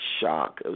shock